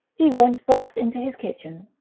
he went first into his kitchen.